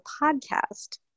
Podcast